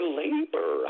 labor